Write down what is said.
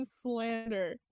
slander